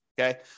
Okay